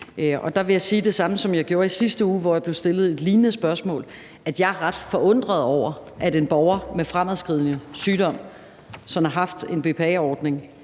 Der vil jeg sige det samme, som jeg gjorde i sidste uge, hvor jeg blev stillet et lignende spørgsmål, nemlig at jeg er ret forundret over, at en borger med fremadskridende sygdom, som har haft en BPA-ordning